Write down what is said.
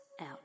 out